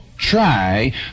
try